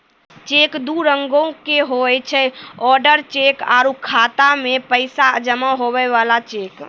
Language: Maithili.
चेक दू रंगोके हुवै छै ओडर चेक आरु खाता मे पैसा जमा हुवै बला चेक